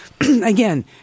Again